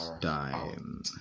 time